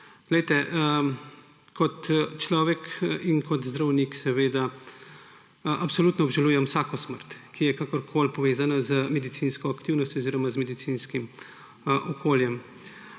Kot človek in kot zdravnik seveda absolutno obžalujem vsako smrt, ki je kakorkoli povezana z medicinsko aktivnostjo oziroma z medicinskim okoljem.